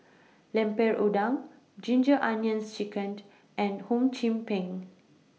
Lemper Udang Ginger Onions Chicken and Hum Chim Peng